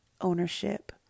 ownership